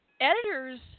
editors